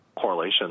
correlation